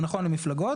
זה נכון למפלגות.